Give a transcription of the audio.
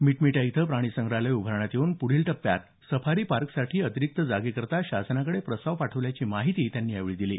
मिटमिटा इथं प्राणीसंग्रहालय उभारण्यात येऊन पुढील टप्यात सफारी पार्कसाठी अतिरिक्त जागेकरता शासनाकडे प्रस्ताव पाठवल्याची माहिती त्यांनी दिली